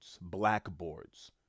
blackboards